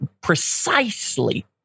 precisely